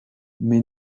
mais